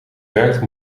werkt